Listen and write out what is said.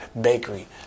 bakery